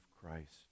Christ